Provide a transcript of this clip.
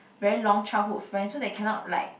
very long childhood friend so they cannot like